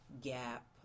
gap